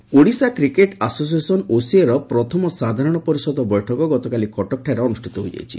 OCA Odisha cricket association ଓସିଏର ପ୍ରଥମ ସାଧାରଣ ପରିଷଦ ବୈଠକ ଗତକାଲି କଟକଠାରେ ଅନୁଷିତ ହୋଇଯାଇଛି